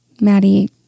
Maddie